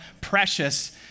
precious